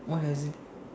why